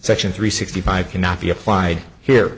section three sixty five cannot be applied here